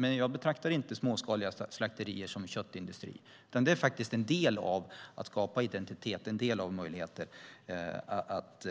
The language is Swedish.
Men jag betraktar inte småskaliga slakterier som köttindustri, utan det är en del av att skapa identitet, en del av möjligheten att